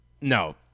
no